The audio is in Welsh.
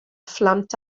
phlant